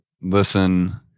listen